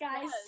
guys